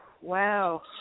Wow